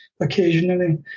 occasionally